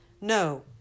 no